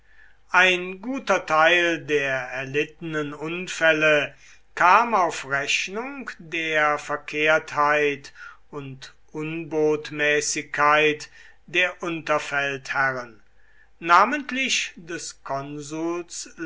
ein guter teil der erlittenen unfälle kam auf rechnung der verkehrtheit und unbotmäßigkeit der unterfeldherren namentlich des konsuls